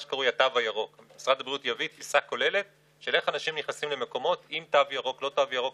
ביטול תשלום על תחבורה ציבורית לסטודנטים.